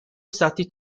stati